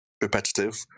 repetitive